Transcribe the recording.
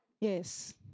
Yes